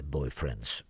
Boyfriend's